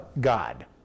God